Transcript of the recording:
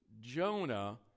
Jonah